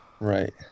Right